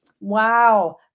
Wow